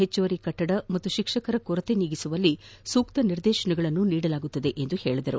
ಹೆಚ್ಚುವರಿ ಕಟ್ಟಡ ಮತ್ತು ಶಿಕ್ಷಕರ ಕೊರತೆ ನೀಗಿಸುವಲ್ಲಿ ಸೂಕ್ತ ನಿರ್ದೇಶನ ನೀಡಲಾಗುವುದು ಎಂದರು